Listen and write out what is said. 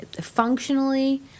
functionally